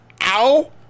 Ow